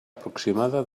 aproximada